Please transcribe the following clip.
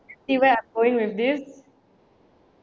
see where I'm going with this